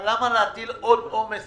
אנחנו מדברים על כוח עזר,